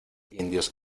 indios